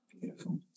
beautiful